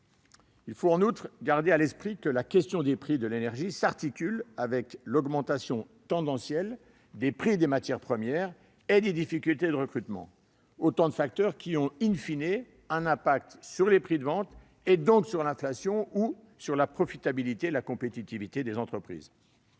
Il faut, par ailleurs, garder à l'esprit que la question des prix de l'énergie s'articule avec l'augmentation tendancielle des prix des matières premières et des difficultés de recrutement : autant de facteurs qui ont un impact sur les prix de vente et donc sur l'inflation ou sur la profitabilité et la compétitivité des entreprises.